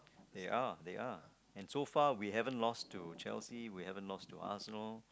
they are they are and so far we haven't lost to Chelsea we haven't lost to Arsenal